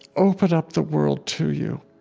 open up the world to you,